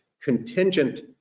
contingent